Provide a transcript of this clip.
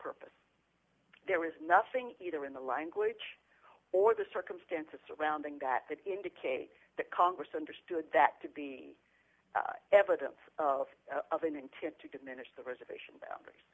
purpose there is nothing either in the language or the circumstances surrounding that that indicates the congress understood that to be evidence of an intent to diminish the reservation